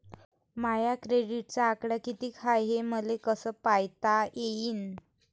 माया क्रेडिटचा आकडा कितीक हाय हे मले कस पायता येईन?